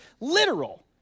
literal